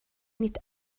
nicht